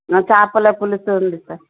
చేపల పులుసు ఉంది సార్